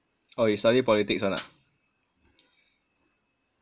oh you study politics [one] ah